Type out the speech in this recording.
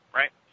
right